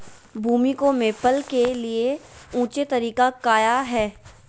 भूमि को मैपल के लिए ऊंचे तरीका काया है?